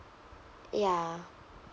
ya